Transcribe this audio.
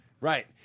Right